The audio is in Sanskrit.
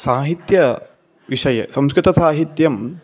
साहित्यविषये संस्कृतसाहित्यं